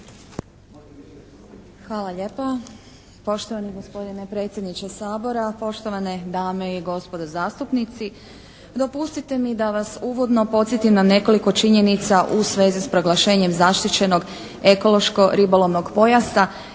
Hvala lijepo. Poštovani gospodine predsjedniče Sabora, poštovane dame i gospodo zastupnici. Dopustite mi da vas uvodno podsjetim na nekoliko činjenica u svezi s proglašenjem zaštićenog ekološko-ribolovnog pojasa